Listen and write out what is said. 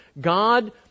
God